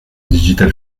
digital